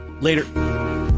Later